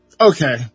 Okay